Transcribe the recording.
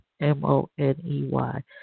M-O-N-E-Y